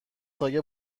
سایه